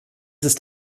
ist